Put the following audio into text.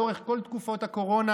לאורך כל תקופת הקורונה